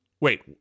Wait